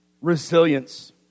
Resilience